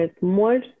more